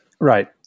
Right